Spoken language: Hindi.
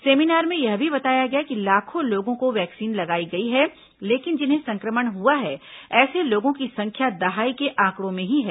सेमीनार में यह भी बताया गया कि लाखों लोगों को वैक्सीन लगाई गई है लेकिन जिन्हें संक्रमण हुआ है ऐसे लोगों की संख्या दहाई के आंकड़ें में ही है